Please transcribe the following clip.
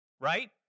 right